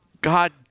god